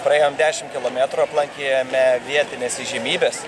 praėjom dešim kilometrų aplankėme vietines įžymybes